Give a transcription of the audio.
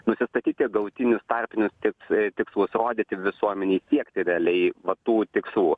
nusistatyti galutinius tarpinius tiks tikslus rodyti visuomenei siekti realiai va tų tikslų